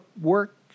work